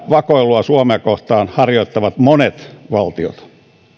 vakoilua suomea kohtaan harjoittavat monet valtiot